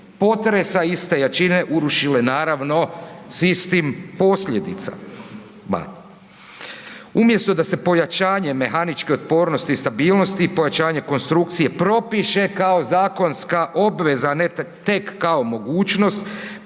potresa iste jačine urušile, naravno s istim posljedicama. Umjesto pojačanje mehaničke otpornosti i stabilnosti i pojačanje konstrukcije propiše kao zakonska obveza, a ne tek kao mogućnost,